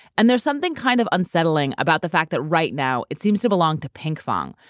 and there's something kind of unsettling about the fact that right now it seems to belong to pinkfong,